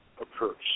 occurs